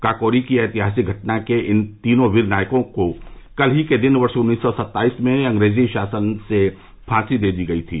काकोरी की ऐतिहासिक घटना के इन तीनों वीर नायकों को कल ही के दिन वर्ष उन्नीस सौ सत्ताईस में अंग्रेजी शासन से फांसी दे दी थी